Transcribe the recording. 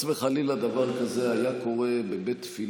וחלילה דבר כזה היה קורה בבית תפילה,